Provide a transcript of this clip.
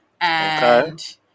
And-